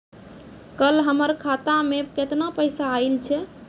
कल हमर खाता मैं केतना पैसा आइल छै?